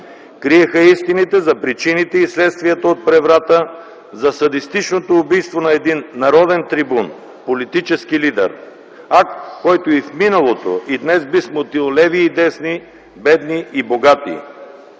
Криеха истините за причините и следствията от преврата, за садистичното убийство на един народен трибун, политически лидер - акт, който и в миналото, и днес би смутил леви и десни, бедни и богати.